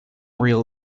real